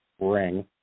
ring